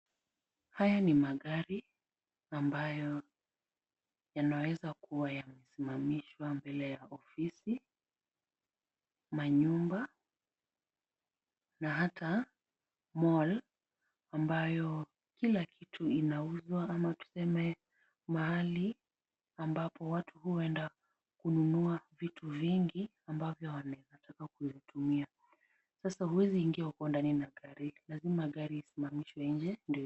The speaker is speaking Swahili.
Haya ni magari ambayo yanaweza kuwa yamesimamishwa mbele ya ofisi, manyumba na hata mall ambayo kila kitu inauzwa ama tuseme, mahali ambapo watu huenda kununua vitu vingi ambavyo wanaezataka kuvitumia. Sasa huwezi ingia huko ndani na gari lazima gari isimamishwe nje ndio uingie.